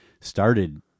started